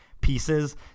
pieces